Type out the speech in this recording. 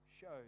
shows